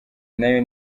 nayo